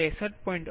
98 63